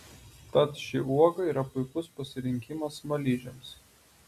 tad ši uoga yra puikus pasirinkimas smaližiams